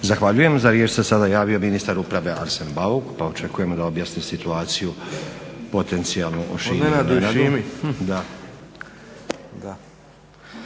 Zahvaljujem. Za riječ se sada javio ministar uprave Arsen Bauk pa očekujemo da objasni situaciju potencijalnu o Nenadu